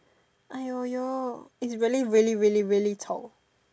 !aiyoyo! it's really really really really 丑